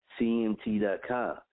CMT.com